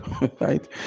right